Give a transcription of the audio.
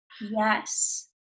Yes